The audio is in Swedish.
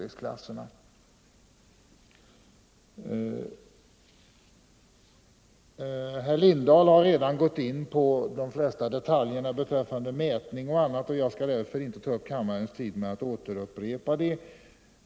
Herr Lindahl i Hamburgsund har redan gått in på de flesta detaljerna beträffande mätning och annat, och jag skall inte ta upp kammarens tid med att upprepa dem.